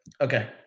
okay